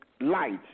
light